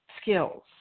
skills